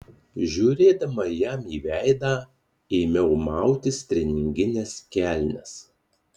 žiūrėdama jam į veidą ėmiau mautis treningines kelnes